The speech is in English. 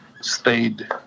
stayed